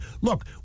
Look